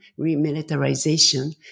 remilitarization